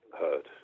heard